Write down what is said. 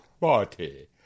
party